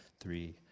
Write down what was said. three